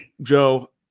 Joe